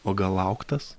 o gal lauktas